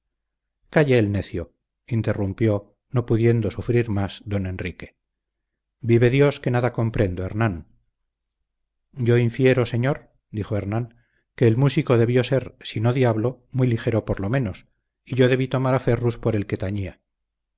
calle el necio interrumpió no pudiendo sufrir más don enrique vive dios que nada comprendo hernán yo infiero señor dijo hernán que el músico debió ser si no diablo muy ligero por lo menos y yo debí tomar a ferrus por el que tañía